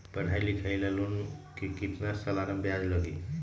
पढाई लिखाई ला लोन के कितना सालाना ब्याज लगी?